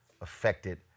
affected